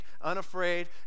unafraid